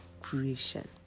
creation